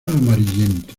amarillento